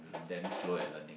damn slow at learning